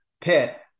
pitt